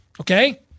okay